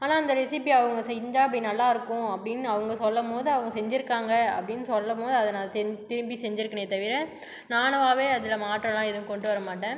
ஆனால் அந்த ரெசிபியை அவங்க செஞ்சால் அப்படி நல்லாயிருக்கும் அப்படினு அவங்க சொல்லும் போது அவங்க செஞ்சிருக்காங்கள் அப்படினு சொல்லும் மோது அதை நான் தென் திரும்பி செஞ்சிருக்கனே தவிர நானாகவே அதில் மாற்றம்லாம் ஏதும் கொண்டு வரமாட்டேன்